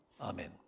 Amen